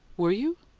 were you?